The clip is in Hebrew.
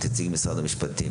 נציג משרד משפטים,